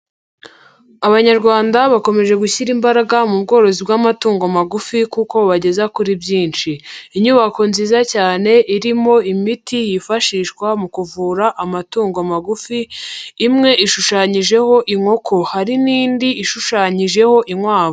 Abanyarwanda bakomeje gushyira imbaraga mu bworozi bw'amatungo magufi kuko bibageza kuri byinshi. nyubako nziza cyane irimo imiti yifashishwa mu kuvura amatungo magufi, imwe ishushanyijeho inkoko hari n'indi ishushanyijeho inkwavu.